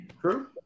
True